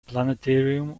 planetarium